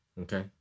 okay